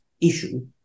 issue